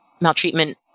maltreatment